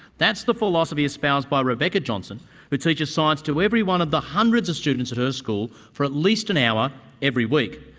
that's the philosophy espoused by rebecca johnson who teaches science to every one of the hundreds of students at her school for at least an hour every week.